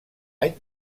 any